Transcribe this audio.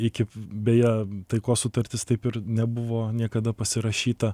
iki beje taikos sutartis taip ir nebuvo niekada pasirašyta